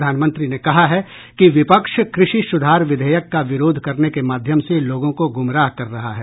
प्रधानमंत्री ने कहा है कि विपक्ष कृषि सूधार विधेयक का विरोध करने के माध्यम से लोगों को गुमराह कर रहा है